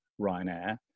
Ryanair